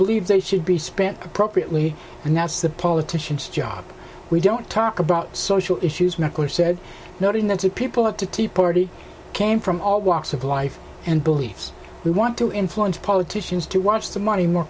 believe there should be spent appropriately and that's the politicians job we don't talk about social issues meckler said noting that some people have to tea party came from all walks of life and believes we want to influence politicians to watch the money more